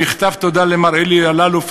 במכתב תודה למר אלי אלאלוף,